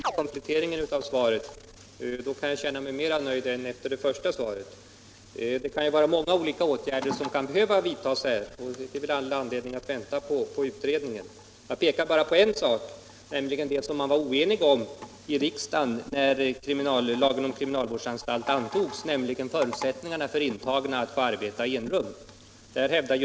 Herr talman! Jag tackar justitieministern för kompletteringen av svaret. Efter denna kan jag känna mig mera nöjd än med själva svaret. Det är många olika åtgärder som här kan behöva vidtagas, och det finns naturligtvis anledning att se vad pågående utredning kan ge. Jag vill peka på en sak som kan ha betydelse för att skydda internerna mot våld. När lagen om kriminalvård i anstalt antogs, var man i riksdagen oenig om förutsättningarna för intagna att få arbeta i enrum.